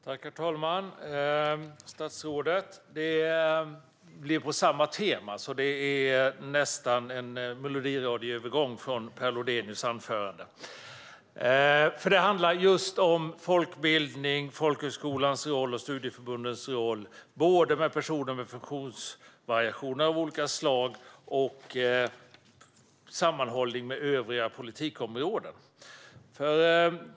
Herr talman! Jag kommer att fortsätta på samma tema, så det blir nästan en melodiradioövergång från Per Lodenius anförande. Det handlar just om folkbildning, folkhögskolans roll och studieförbundens roll när det gäller både personer med funktionsvariationer av olika slag och sammanhållning med övriga politikområden.